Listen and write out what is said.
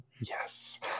Yes